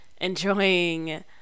enjoying